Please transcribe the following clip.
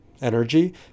energy